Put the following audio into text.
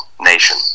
nation